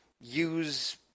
use